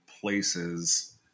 places